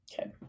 Okay